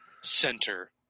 center